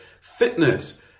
fitness